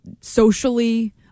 Socially